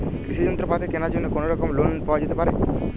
কৃষিযন্ত্রপাতি কেনার জন্য কোনোরকম লোন পাওয়া যেতে পারে?